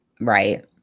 Right